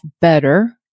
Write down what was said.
better